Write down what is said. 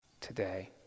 today